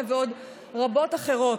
ראמה ועוד רבות אחרות,